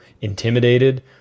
intimidated